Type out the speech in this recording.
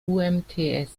umts